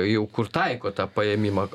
jau kur taiko tą paėmimą